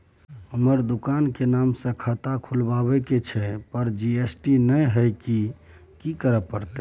हमर दुकान के नाम से खाता खुलवाबै के छै पर जी.एस.टी नय हय कि करे परतै?